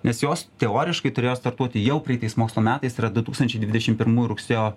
nes jos teoriškai turėjo startuoti jau praeitais mokslo metais yra du tūkstančiai dvidešimt pirmųjų rugsėjo